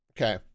Okay